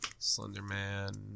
Slenderman